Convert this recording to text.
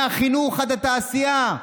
מהחינוך עד התעשייה,